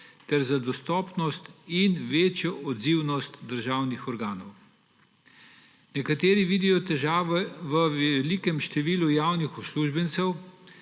ter za dostopnost in večjo odzivnost državnih organov. Nekateri vidijo težave v velikem številu javnih uslužbencev,